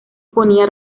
exponía